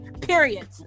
period